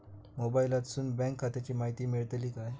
मोबाईलातसून बँक खात्याची माहिती मेळतली काय?